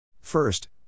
First